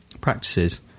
practices